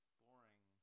boring